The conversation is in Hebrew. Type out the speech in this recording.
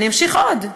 אני אמשיך עוד.